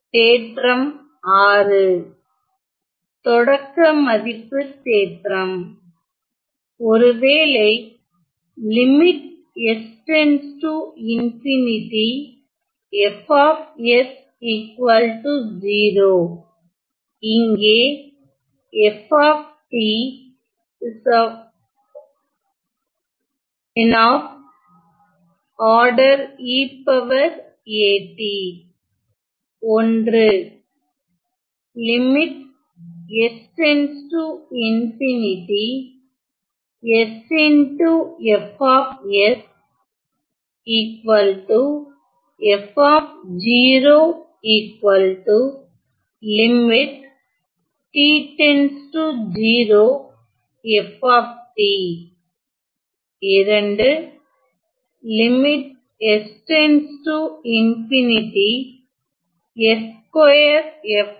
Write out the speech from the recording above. தேற்றம் 6 தொடக்க மதிப்புத் தேற்றம் ஒருவேளை இங்கே 1